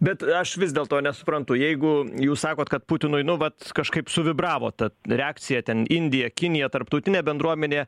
bet aš vis dėlto nesuprantu jeigu jūs sakot kad putinui nu vat kažkaip suvibravo ta reakcija ten indija kinija tarptautinė bendruomenė